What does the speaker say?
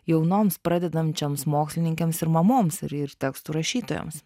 jaunoms pradedančioms mokslininkėms ir mamoms ir tekstų rašytojoms